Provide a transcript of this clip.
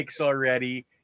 already